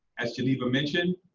as geneva mentioned,